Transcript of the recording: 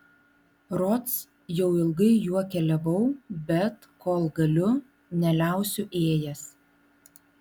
rods jau ilgai juo keliavau bet kol galiu neliausiu ėjęs